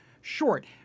short